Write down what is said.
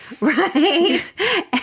right